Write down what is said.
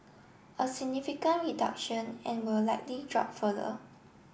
a significant reduction and will likely drop further